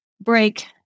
break